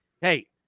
hey